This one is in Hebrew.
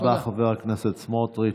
תודה רבה, חבר הכנסת סמוטריץ'.